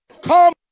Come